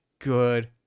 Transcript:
Good